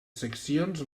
seccions